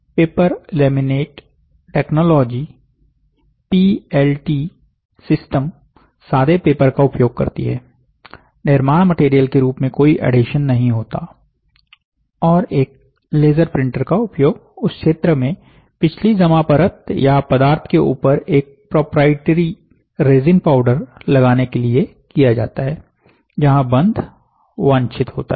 paper laminate technology PLT system सादे paper का उपयोग करती है निर्माण मटेरियल के रूप में कोई एडहेशन नहीं होता और एक लेजर प्रिंटर का उपयोग उस क्षेत्र में पिछली जमां परत या पदार्थ के ऊपर एक प्रोप्राइटरी रेसिन पाउडर लगाने के लिए किया जाता है जहां बंध वांछित होता है